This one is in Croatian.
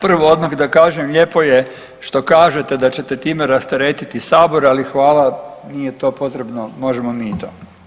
Prvo odmah da kažem lijepo je što kažete da ćete time rasteretiti sabor, ali hvala nije to potrebno, možemo mi i to.